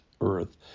earth